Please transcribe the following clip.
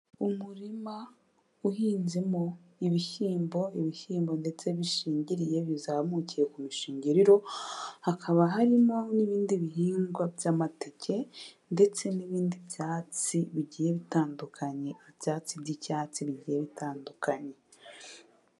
Umurima uhinzemo ibishyimbo ibishyimbo ndetse bishingiriye bizamukiye ku mishingiriro, hakaba harimo n'ibindi bihingwa by'amateke ndetse n'ibindi byatsi bigiye bitandukanye, ibyatsi by'icyatsi bigiye bitandukanye.